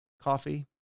Coffee